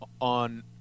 on